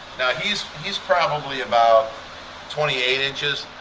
now he's he's probably about twenty eight inches.